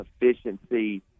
efficiency